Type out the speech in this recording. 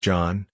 John